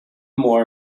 more